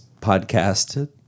podcast